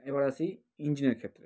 এবার আসি ইঞ্জিনের ক্ষেত্রে